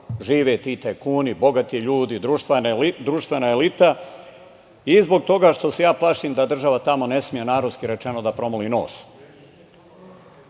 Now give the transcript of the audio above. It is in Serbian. žive ti tajkuni, bogati ljudi, društvena elita i zbog toga što se ja plašim da država tamo ne sme narodski rečeno da promoli nos. Da